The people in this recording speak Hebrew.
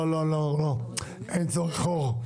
לא, אין צורך, אור.